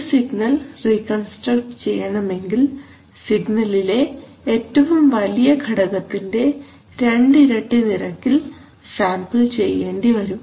ഒരു signal reconstruct ചെയ്യണമെങ്കിൽ സിഗ്നലിലെ ഏറ്റവും വലിയ ഘടകത്തിന്റെ രണ്ടിരട്ടി നിരക്കിൽ സാമ്പിൾ ചെയ്യേണ്ടിവരും